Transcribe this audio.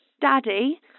Daddy